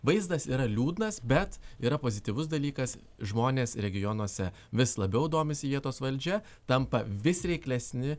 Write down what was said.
vaizdas yra liūdnas bet yra pozityvus dalykas žmonės regionuose vis labiau domisi vietos valdžia tampa vis reiklesni